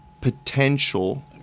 potential